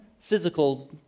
physical